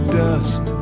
dust